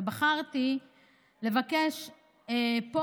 ובחרתי לבקש פה,